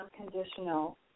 unconditional